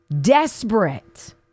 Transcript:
Desperate